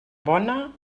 bona